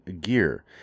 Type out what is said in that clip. gear